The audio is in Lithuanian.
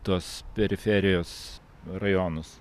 tuos periferijos rajonus